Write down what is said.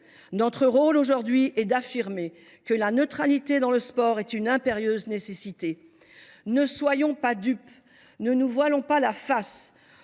notre rôle est d’affirmer que la neutralité dans le sport répond à une impérieuse nécessité. Ne soyons pas dupes, ne nous voilons pas la face,